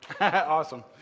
Awesome